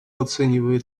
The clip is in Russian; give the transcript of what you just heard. оценивает